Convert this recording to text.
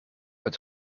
het